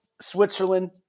Switzerland